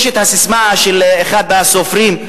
יש ססמה של אחד הסופרים,